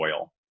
oil